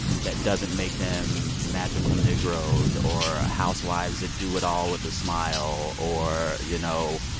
that doesn't make them magical negroes or housewives that do it all with a smile or, you know,